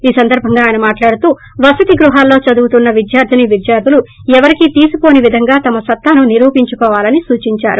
ఈ సందర్భంగా అయన మాట్లాడుతూ ేవసతి గృహాలలో చదువుతున్న విద్యార్దీనీ ేవిద్యార్దులు ఎపరికీ తీసిపో నివిధంగా తమ సత్తాను నిరుపించుకోవాలని సూచించారు